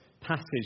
passage